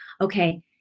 Okay